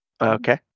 Okay